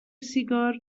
سیگار